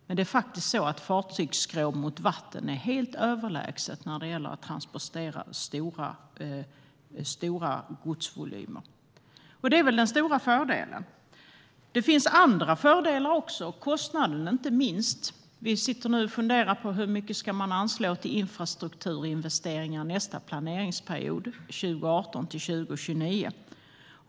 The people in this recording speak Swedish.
Men fartygsskrov mot vatten är helt överlägset när det gäller att transportera stora godsvolymer, och det är den stora fördelen. Det finns också andra fördelar, inte minst kostnaden. Vi funderar nu på hur mycket som man ska anslå till infrastrukturinvesteringar för nästa planeringsperiod 2018-2029.